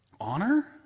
Honor